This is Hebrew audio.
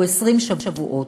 הוא 20 שבועות,